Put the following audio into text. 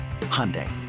Hyundai